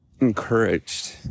encouraged